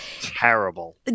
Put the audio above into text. Terrible